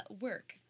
work